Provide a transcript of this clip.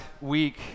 week